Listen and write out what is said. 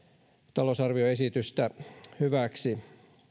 talousarvioesitystä hyväksi